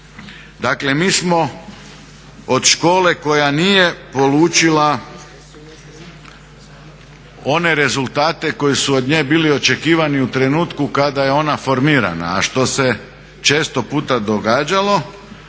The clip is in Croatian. Dakle mi smo od škole koja nije polučila one rezultate koji su od nje bili očekivani u trenutku kada je ona formirana a što se često puta događalo